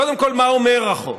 קודם כול, מה אומר החוק?